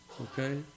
Okay